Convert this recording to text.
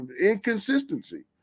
inconsistency